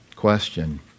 question